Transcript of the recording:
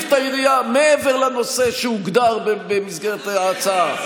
את הידיעה מעבר לנושא שהוגדר במסגרת ההצעה.